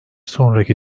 sonraki